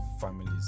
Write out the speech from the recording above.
families